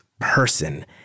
person